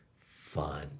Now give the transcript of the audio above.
fun